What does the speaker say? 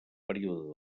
període